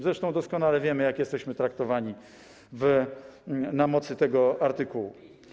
Zresztą doskonale wiemy, jak jesteśmy traktowani na mocy tego artykułu.